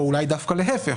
או אולי דווקא להפך?